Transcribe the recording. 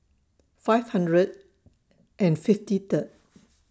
five hundred and fifty Third